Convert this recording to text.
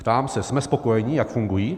Ptám se: jsme spokojeni, jak fungují?